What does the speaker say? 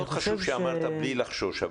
מאוד חשוב שאמרת בלי לחשוש,